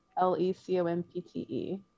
l-e-c-o-m-p-t-e